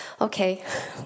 okay